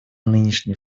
нынешней